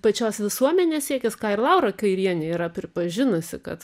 pačios visuomenės siekis ką ir laura kairienė yra pripažinusi kad